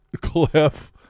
cliff